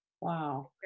wow